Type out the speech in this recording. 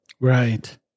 Right